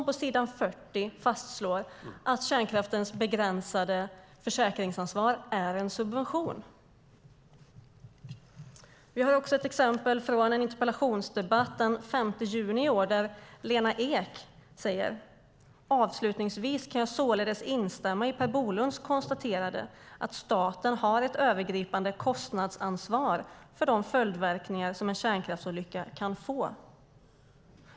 På s. 40 fastslås att kärnkraftens begränsade försäkringsansvar är en subvention. Vidare har vi ett exempel från en interpellationsdebatt den 5 juni i år där Lena Ek säger: "Avslutningsvis kan jag således instämma i Per Bolunds konstaterande att staten har ett övergripande kostnadsansvar för de följdverkningar som en kärnkraftsolycka . kan få."